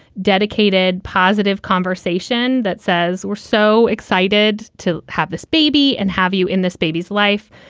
dedicated, positive conversation that says we're so excited to have this baby and have you in this baby's life.